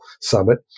summit